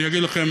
אני אגיד לכם,